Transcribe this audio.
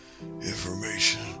information